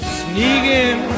sneaking